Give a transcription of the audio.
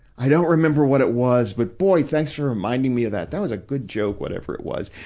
i don't remember what it was, but, boy, thanks for reminding me of that. that was a good joke, whatever it was.